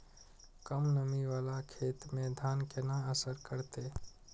कम नमी वाला खेत में धान केना असर करते?